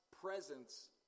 presence